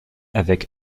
avec